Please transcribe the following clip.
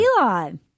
elon